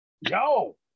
yo